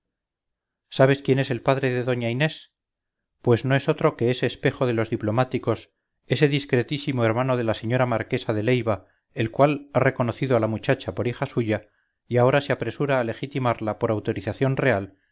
sabes quién es el padre de doña inés pues no es otroque ese espejo de los diplomáticos ese discretísimo hermano de la señora marquesa de leiva el cual ha reconocido a la muchacha por hija suya y ahora se apresura a legitimarla por autorización real